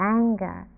anger